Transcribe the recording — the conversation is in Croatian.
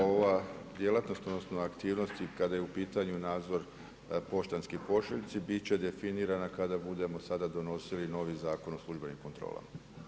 Uprava ova djelatnost odnosno aktivnosti kada je u pitanju nadzor poštanskih pošiljci bit će definirana kada budemo sada donosili novi Zakon o službenim kontrolama.